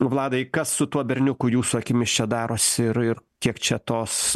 vladai kas su tuo berniuku jūsų akimis čia darosi ir ir kiek čia tos